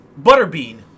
Butterbean